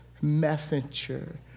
messenger